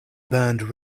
burned